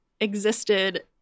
existed